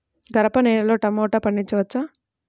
గరపనేలలో టమాటా పండించవచ్చా?